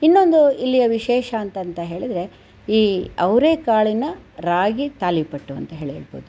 ಇನ್ನೊಂದು ಇಲ್ಲಿಯ ವಿಶೇಷ ಅಂತಂತ ಹೇಳಿದರೆ ಈ ಅವರೆಕಾಳಿನ ರಾಗಿ ತಾಲಿಪಟ್ಟು ಅಂತ ಹೇಳಿ ಹೇಳ್ಬೋದು